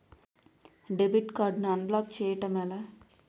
Debit card ను unblock block చేయటం ఎలా?